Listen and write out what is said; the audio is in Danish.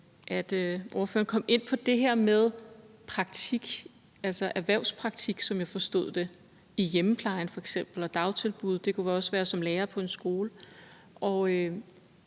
at ordføreren kom ind på det her med praktik, altså erhvervspraktik, som jeg forstod det, i f.eks. hjemmeplejen og dagtilbud, og det kunne også være som lærer på en skole.